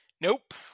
Nope